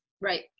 right